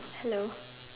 hello